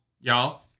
y'all